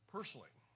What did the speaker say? Personally